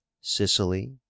sicily